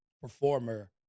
performer